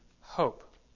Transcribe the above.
hope